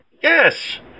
Yes